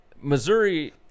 Missouri